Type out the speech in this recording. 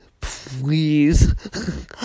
please